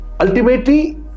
Ultimately